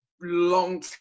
long